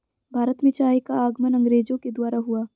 भारत में चाय का आगमन अंग्रेजो के द्वारा हुआ